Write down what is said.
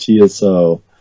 TSO